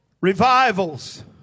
Revivals